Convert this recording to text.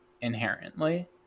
inherently